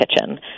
kitchen